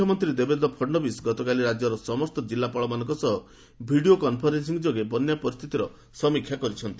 ମୁଖ୍ୟମନ୍ତ୍ରୀ ଦେବେନ୍ଦ୍ର ଫଡ୍ନାବିସ୍ ଗତକାଲି ରାଜ୍ୟର ସମସ୍ତ ଜିଲ୍ଲାପାଳମାନଙ୍କ ସହ ଭିଡ଼ିଓ କନ୍ଫରେନ୍ସିଂ ଯୋଗେ ବନ୍ୟା ପରିସ୍ଥିତିର ସମୀକ୍ଷା କରିଛନ୍ତି